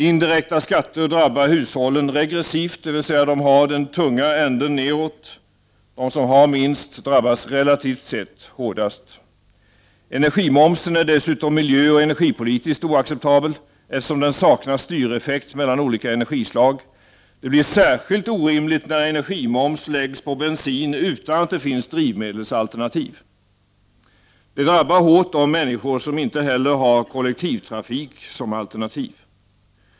Indirekta skatter drabbar hushållen regressivt, dvs. de har den tunga delen nedtill. De som har minst drabbas relativt sett hårdast. Energimomsen är dessutom miljöoch energipolitiskt oacceptabel, eftersom den saknar styreffekt mellan olika energislag. Det blir särskilt orimligt när energimoms läggs på bensin utan att det finns drivmedelsalternativ. Det drabbar hårt de människor som inte heller har kollektivtrafik som alternativ.